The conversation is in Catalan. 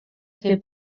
fer